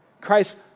Christ